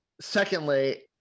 Secondly